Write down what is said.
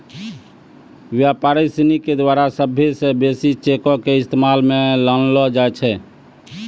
व्यापारी सिनी के द्वारा सभ्भे से बेसी चेको के इस्तेमाल मे लानलो जाय छै